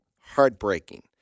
heartbreaking